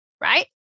right